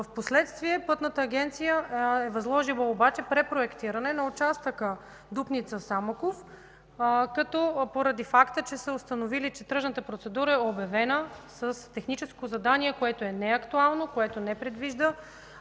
В последствие Пътната агенция е възложила препроектиране на участъка Дупница – Самоков поради факта, че са установили, че тръжната процедура е обявена с техническо задание, което е неактуално и не предвижда